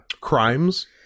crimes